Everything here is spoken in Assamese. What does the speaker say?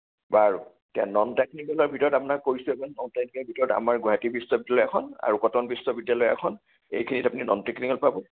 বাৰু এতিয়া নন টেকনিকেলৰ ভিতৰত আপোনাক কৈছোঁ যে নন টেকনিকেলৰ ভিতৰত আমাৰ গুৱাহাটী বিশ্ববিদ্যালয় এখন আৰু কটন বিশ্ববিদ্যালয় এখন এইখিনিত আপুনি নন টেকনিকেল পাব